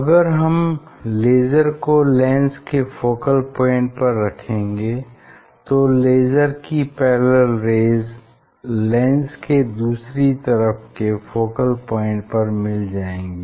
अगर हम लेज़र को लेंस के फोकल पॉइंट पर रखेंगे तो लेज़र की पैरेलल रेज़ लेंस के दूसरी तरफ के फोकल पॉइंट पर मिल जाएंगी